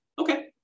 Okay